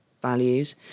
values